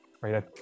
right